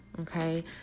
Okay